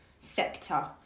sector